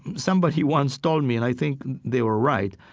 somebody once told me, and i think they were right,